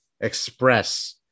express